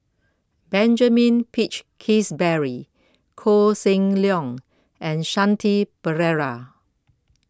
Benjamin Peach Keasberry Koh Seng Leong and Shanti Pereira